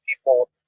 people